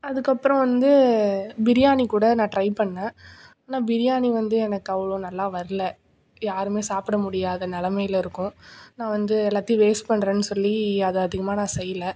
அதுக்கப்றம் வந்து பிரியாணி கூட நான் ட்ரை பண்ணேன் ஆனால் பிரியாணி வந்து எனக்கு அவ்வளோ நல்லா வரல யாருமே சாப்பிட முடியாத நிலமைல இருக்கும் நான் வந்து எல்லாத்தேயும் வேஸ்ட் பண்றேன்னு சொல்லி அதை அதிகமாக நான் செய்யல